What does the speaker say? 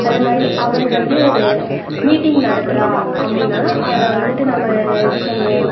அதேமாதிரி அவள் வந்து மீட்டிங் நடத்துகிறா அப்படினாலும் அதில் வந்துட்டு நம்ம எப்படி சொல்லுவோம்